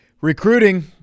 Recruiting